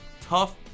Tough